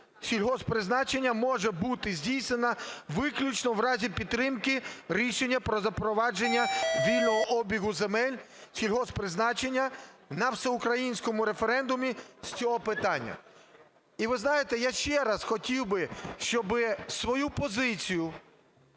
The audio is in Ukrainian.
сільгосппризначення може бути здійснена виключно в разі підтримки рішення про запровадження вільного обігу земель сільгосппризначення на всеукраїнському референдумі з цього питання. І ви знаєте, я ще раз хотів би, щоби свою позицію